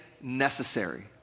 Necessary